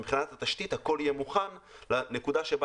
מבחינת התשתית הכול יהיה מוכן לנקודה שבה